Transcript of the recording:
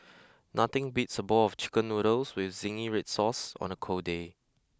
nothing beats a bowl of chicken noodles with zingy red sauce on a cold day